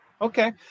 Okay